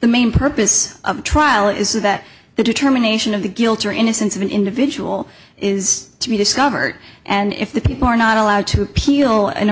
the main purpose of the trial is that the determination of the guilt or innocence of an individual is to be discovered and if the people are not allowed to appeal an